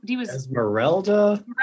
Esmeralda